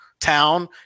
Town